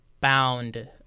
bound